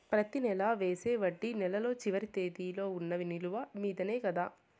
ప్రతి నెల వేసే వడ్డీ నెలలో చివరి తేదీకి వున్న నిలువ మీదనే కదా?